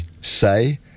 say